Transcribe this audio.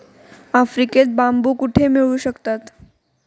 आफ्रिकेत बांबू कुठे मिळू शकतात?